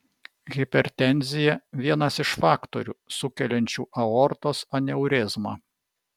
hipertenzija vienas iš faktorių sukeliančių aortos aneurizmą